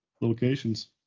locations